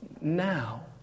now